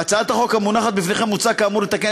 בהצעת החוק המונחת בפניכם מוצע כאמור לתקן